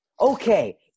Okay